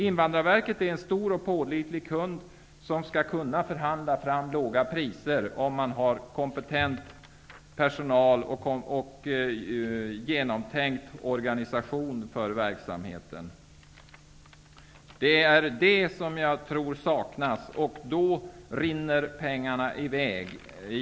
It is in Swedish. Invandrarverket är en stor och pålitlig kund, som skall kunna förhandla fram låga priser om man har kompetent personal och genomtänkt organisation för verksamheten. Det är detta som jag tror saknas. Då rinner pengarna i väg.